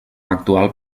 actual